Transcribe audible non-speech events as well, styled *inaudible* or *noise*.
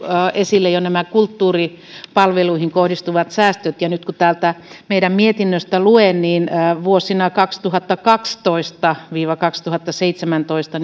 esille nämä kulttuuripalveluihin kohdistuvat säästöt ja nyt kun täältä meidän mietinnöstämme luen niin vuosina kaksituhattakaksitoista viiva kaksituhattaseitsemäntoista *unintelligible*